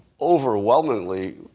overwhelmingly